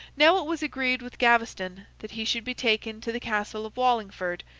now, it was agreed with gaveston that he should be taken to the castle of wallingford,